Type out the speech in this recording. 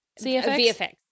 VFX